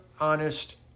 honest